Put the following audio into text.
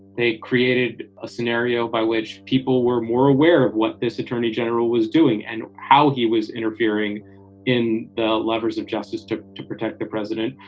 they created a scenario by which people were more aware of what this attorney general was doing and how he was interfering in the levers of justice took to protect the president.